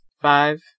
five